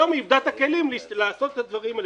היום היא איבדה את הכלים לעשות את הדברים האלה.